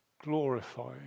glorifying